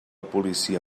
policia